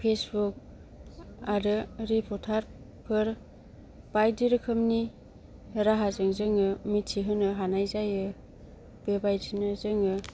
Facebook आरो रिपर्टारफोर बायदि रोखोमनि राहाजों जोङो मिथिहोनो हानाय जायो बेबायदिनो जोङो